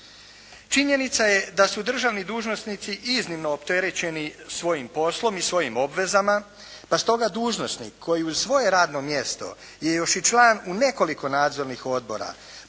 Činjenica je da su državni dužnosnici iznimno opterećeni svojim poslom i svojim obvezama, pa stoga dužnosnik koji uz svoje radno mjesto je još i član u nekoliko nadzornih odbor,